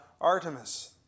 Artemis